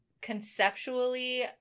conceptually